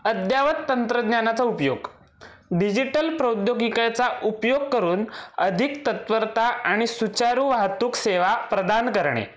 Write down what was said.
अद्ययावत तंत्रज्ञानाचा उपयोग डिजिटल प्रौद्योगिकेचा उपयोग करून अधिक तत्परता आणि सुचारू वाहतूक सेवा प्रदान करणे